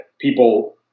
people